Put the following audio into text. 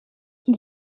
qui